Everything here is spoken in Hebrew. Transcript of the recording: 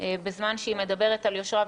בזמן שהיא מדברת על יושרה,